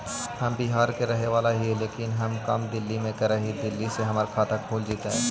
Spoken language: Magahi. हम बिहार के रहेवाला हिय लेकिन हम काम दिल्ली में कर हिय, दिल्ली में हमर खाता खुल जैतै?